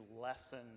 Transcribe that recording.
lessen